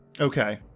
okay